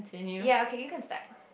ya okay you can start